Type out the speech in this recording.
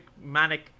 manic